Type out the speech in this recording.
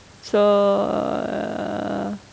so err